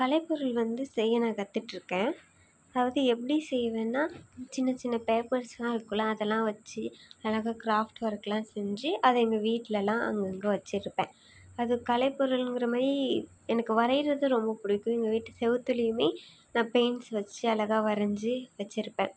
கலைப்பொருள் வந்து செய்ய நான் கற்றுட்டு இருக்கேன் அதாவது எப்படி செய்வேன்னால் சின்ன சின்ன பேப்பர்ஸெலாம் இருக்கில்ல அதெல்லாம் வச்சு அழகா கிராஃப்ட் ஒர்கெலாம் செஞ்சு அதை எங்கள் வீட்லெலாம் அங்கங்கே வச்சுருப்பேன் அது கலைப் பொருளுங்கிற மாதிரி எனக்கு வரைகிறது ரொம்ப பிடிக்கும் எங்கள் வீட்டு சுவுத்துலியுமே நான் பெயிண்ட்ஸ் வச்சு அழகா வரைஞ்சி வச்சுருப்பேன்